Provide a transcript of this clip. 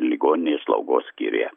ligoninėje slaugos skyriuje